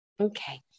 Okay